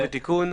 ותיקון".